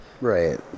right